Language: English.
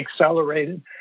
accelerated